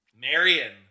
Marion